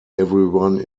everyone